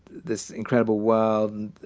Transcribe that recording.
this incredible world,